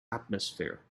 atmosphere